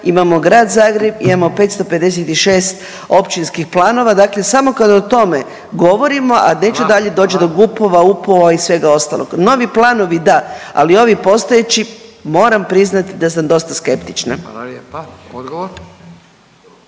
imamo Grad Zagreb i imamo 556 općinskih planova, dakle samo kad o tome govorimo, a neću … .../Upadica: Hvala, hvala, hvala./... … dalje doći do GUP-ova, UP-ova i svega ostalog. Novi planovi, da, ali ovi postojeći, moram priznati da sam dosta skeptična.